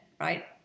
right